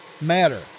matter